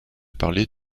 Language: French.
parler